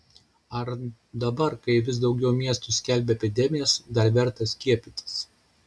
ar dabar kai vis daugiau miestų skelbia epidemijas dar verta skiepytis